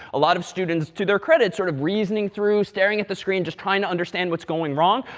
a lot of students, to their credit, sort of reasoning through, staring at the screen, just trying to understand what's going wrong,